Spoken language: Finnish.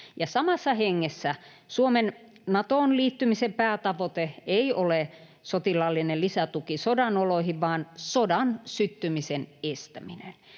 Samassa hengessä Suomen Natoon liittymisen päätavoite ei ole sotilaallinen lisätuki sodan oloihin vaan sodan syttymisen estäminen.